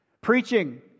Preaching